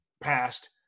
passed